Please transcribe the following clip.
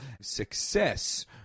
success